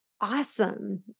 awesome